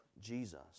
Jesus